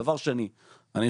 גם